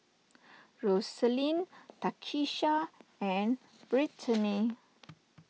Roselyn Takisha and Brittany